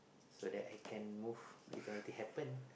so that I can move if anything happen